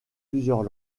plusieurs